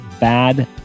Bad